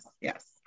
Yes